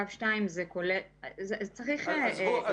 קו 2 -- -זה גם וגם.